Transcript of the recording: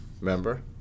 remember